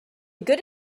good